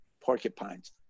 porcupines